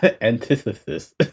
antithesis